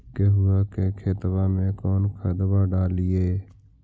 गेहुआ के खेतवा में कौन खदबा डालिए?